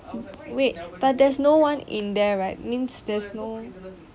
wait but there's no one in their right means there's no